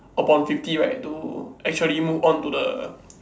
upon fifty right to actually move on to the